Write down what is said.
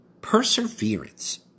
Perseverance